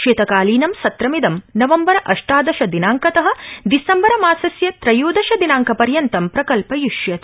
शीतकालीनं सत्रमिदं नवम्बर अष्टादश दिनांकत दिसम्बर मासस्य त्रयोदश दिनांकपर्यन्तं प्रकल्पयिष्यते